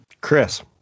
Chris